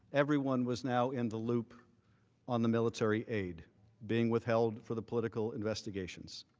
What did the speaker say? everyone was now in the loop on the military aid being withheld for the political investigations.